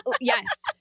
Yes